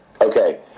Okay